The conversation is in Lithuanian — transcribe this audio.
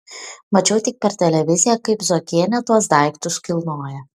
mačiau tik per televiziją kaip zuokienė tuos daiktus kilnoja